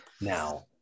now